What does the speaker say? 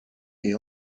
est